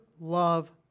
love